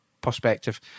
perspective